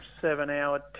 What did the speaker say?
seven-hour